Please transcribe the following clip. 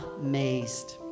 amazed